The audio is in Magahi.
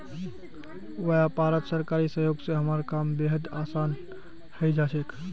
व्यापारत सरकारी सहयोग स हमारा काम बेहद आसान हइ जा छेक